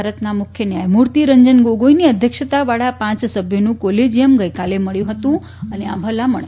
ભારતના મુખ્ય ન્યાયમૂર્તિ રંજન ગોગોઈની અધ્યક્ષતાવાળા પાંચ સભ્યોનું કોલેજીયમ ગઈકાલે મળ્યું હતું અને આ ભલામણ કરી હતી